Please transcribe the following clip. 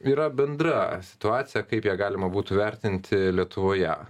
yra bendra situacija kaip ją galima būtų vertinti lietuvoje